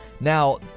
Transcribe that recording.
Now